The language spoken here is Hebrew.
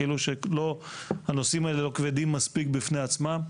כאילו שהנושאים האלה לא כבדים מספיק בפני עצמם.